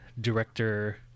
director